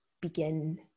begin